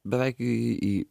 beveik į